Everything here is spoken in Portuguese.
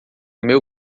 meu